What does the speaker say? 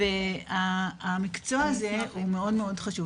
והמקצוע הזה מאוד חשוב.